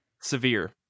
Severe